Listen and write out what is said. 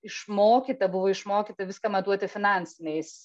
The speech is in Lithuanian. išmokyta buvo išmokyta viską matuoti finansiniais